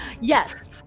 Yes